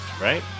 Right